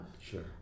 Sure